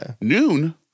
noon